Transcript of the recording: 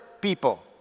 people